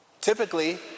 Typically